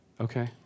Okay